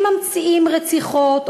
אם ממציאים רציחות,